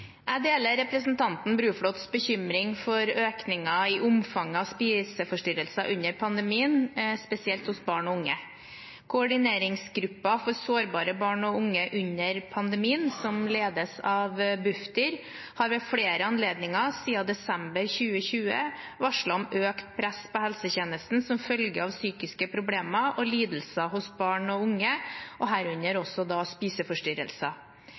Jeg deler representanten Bruflots bekymring for økningen i omfanget av spiseforstyrrelser under pandemien, spesielt hos barn og unge. Koordineringsgruppen for sårbare barn og unge under pandemien, som ledes av Bufdir, har ved flere anledninger siden desember 2020 varslet om økt press på helsetjenesten som følge av psykiske problemer og lidelser hos barn og unge, herunder også spiseforstyrrelser.